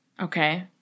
okay